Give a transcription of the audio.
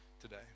today